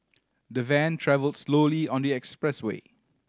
the van travelled slowly on the expressway